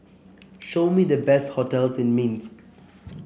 show me the best hotels in Minsk